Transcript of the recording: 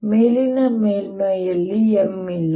ಈಗ ಮೇಲಿನ ಮೇಲ್ಮೈಯಲ್ಲಿ M ಇಲ್ಲ